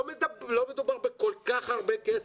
לא מדובר בכל כך הרבה כסף.